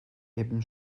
eben